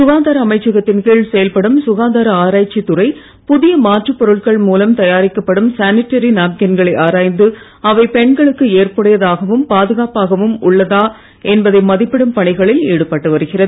சுகாதார அமைச்சகத்தின் கீழ் செயல்படும் சுகாதார ஆராய்ச்சி துறை புதிய மாற்று பொருட்கள் மூலம் தயாரிக்கப்படும் சானிட்டரி நாப்கின்களை ஆராய்ந்து அவை பெண்களுக்கு ஏற்புடையதாகவும் பாதுகாப்பகவும் உள்ளதாக என்பதை மதிப்பிடும் பணிகளில் ஈடுபட்டு வருகிறது